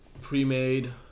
pre-made